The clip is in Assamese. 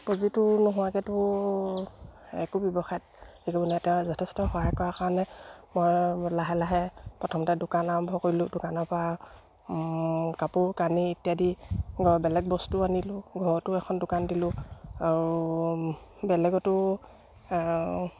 পুঁজিটো নোহোৱাকৈতো একো ব্যৱসায়ত হেৰি কৰিব নোৱাৰে তেওঁ যথেষ্ট সহায় কৰাৰ কাৰণে মই লাহে লাহে প্ৰথমতে দোকান আৰম্ভ কৰিলোঁ দোকানৰপৰা কাপোৰ কানি ইত্যাদি আকৌ বেলেগ বস্তুও আনিলোঁ ঘৰতো এখন দোকান দিলোঁ আৰু বেলেগতো